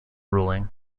ruling